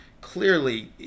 clearly